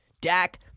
Dak